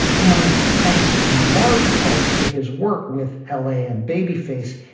and thanks in large part to his work with l a. and babyface,